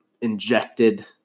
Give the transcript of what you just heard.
injected